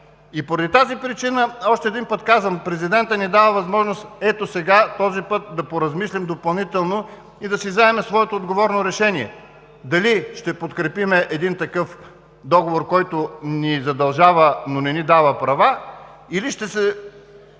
Поради тази причина още един път казвам: президентът ни е дал възможност ето сега, този път да поразмислим допълнително и да си вземем своето отговорно решение – дали ще подкрепим един такъв договор, който ни задължава, но не ни дава права, или ще се